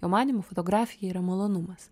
jo manymu fotografija yra malonumas